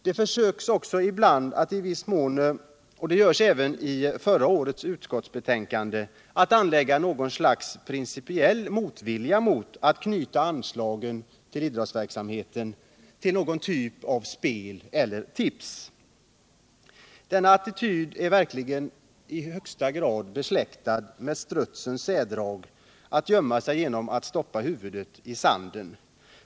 Man försöker ibland — och det gjordes också i förra årets utskottsbetänkande — anlägga något slags principiell motvilja mot att knyta anslagen till idrottsverksamheter till någon typ av spel och tips. Denna attityd är verkligen i högsta grad besläktad med strutsens beteende att gömma sig genom att stoppa huvudet i sanden.